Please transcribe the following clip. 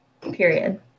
Period